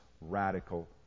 radical